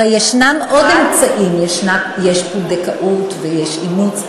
הרי יש עוד אמצעים: יש פונדקאות ויש אימוץ.